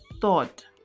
thought